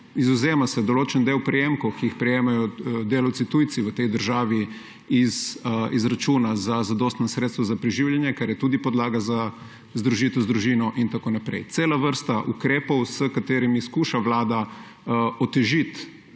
izvzema se določen del prejemkov, ki jih prejemajo delavci tujci v tej državi, iz izračuna za zadostna sredstva za preživljanje, kar je tudi podlaga za združitev z družino in tako naprej. Cela vrsta ukrepov, s katerimi skuša Vlada otežiti